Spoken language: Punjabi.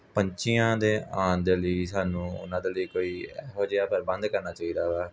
ਪੰਛੀਆਂ ਦੇ ਆਉਣ ਦੇ ਲਈ ਸਾਨੂੰ ਉਹਨਾਂ ਦੇ ਲਈ ਕੋਈ ਇਹੋ ਜਿਹਾ ਪ੍ਰਬੰਧ ਕਰਨਾ ਚਾਹੀਦਾ ਵਾ